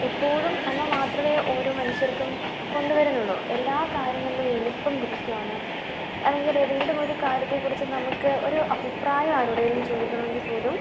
എപ്പോഴും നന്മ മാത്രമേ ഓരോ മനുഷ്യർക്കും കൊണ്ടു വരുന്നുള്ളു എല്ലാ കാര്യങ്ങളിലും എളുപ്പം ലഭിക്കുകയാണ് അല്ലെങ്കിലേതെങ്കിലുമൊരു കാര്യത്തെക്കുറിച്ച് നമുക്ക് ഒരു അഭിപ്രായം ആരോടെങ്കിലും ചോദിക്കണമെങ്കിൽ പോലും